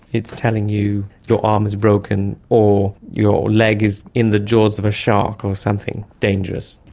it's telling you your arm is broken or your leg is in the jaws of a shark or something dangerous.